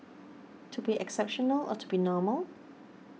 to be exceptional or to be normal